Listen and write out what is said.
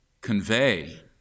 convey